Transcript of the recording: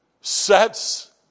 sets